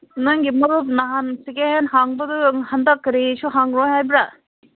ꯅꯪꯒꯤ ꯃꯔꯨꯞ ꯅꯍꯥꯟ ꯁꯦꯀꯦꯟ ꯍꯦꯟ ꯍꯥꯡꯕꯗꯨ ꯍꯟꯗꯛ ꯀꯔꯤꯁꯨ ꯍꯥꯡꯂꯣꯏ ꯍꯥꯏꯕ꯭ꯔꯥ